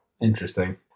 Interesting